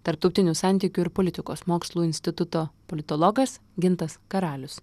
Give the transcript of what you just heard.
tarptautinių santykių ir politikos mokslų instituto politologas gintas karalius